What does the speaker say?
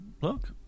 Look